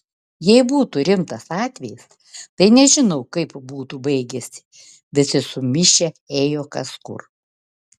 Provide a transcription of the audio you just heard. jei būtų rimtas atvejis tai nežinau kaip būtų baigęsi visi sumišę ėjo kas kur